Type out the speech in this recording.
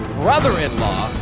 brother-in-law